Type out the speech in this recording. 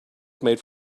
made